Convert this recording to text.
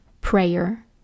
prayer